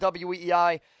WEI